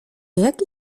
jaki